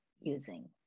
using